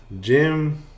gym